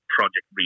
project